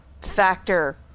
factor